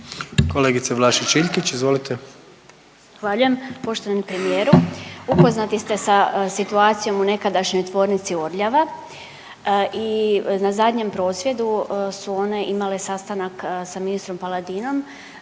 Izvolite. **Vlašić Iljkić, Martina (SDP)** Zahvaljujem poštovani premijeru. Upoznati ste sa situacijom u nekadašnjoj tvornici Orljava i na zadnjem prosvjedu su one imale sastanak sa ministrom Paladinom,